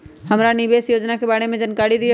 हमरा निवेस योजना के बारे में जानकारी दीउ?